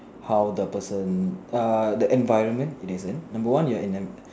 how the person err the environment is different number one you're in